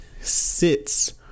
sits